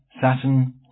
Saturn